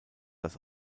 das